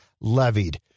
levied